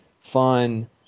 fun